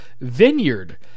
vineyard